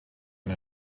und